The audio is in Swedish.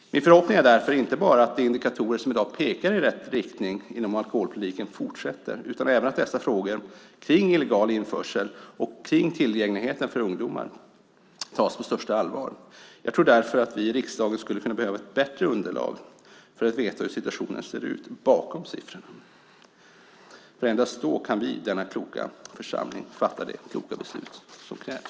Min förhoppning är därför inte bara att de indikatorer som i dag pekar på att alkoholpolitiken går i rätt riktning fortsätter att visa detta utan även att dessa frågor om illegal införsel och tillgängligheten för ungdomar tas på största allvar. Jag tror därför att vi i riksdagen skulle kunna behöva ett bättre underlag för att veta hur situationen ser ut bakom siffrorna. Endast då kan vi i denna kloka församling fatta de kloka beslut som krävs.